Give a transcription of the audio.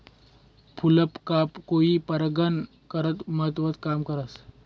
फूलपाकोई परागकन करता महत्वनं काम करस